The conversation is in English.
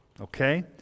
Okay